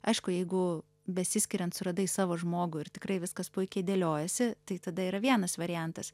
aišku jeigu besiskiriant suradai savo žmogų ir tikrai viskas puikiai dėliojasi tai tada yra vienas variantas